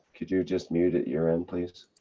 could you just mute at your end please?